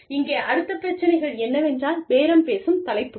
இங்கே அடுத்த பிரச்சினைகள் என்னவென்றால் பேரம் பேசும் தலைப்புகள்